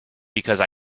because